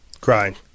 crying